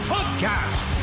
Podcast